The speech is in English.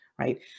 Right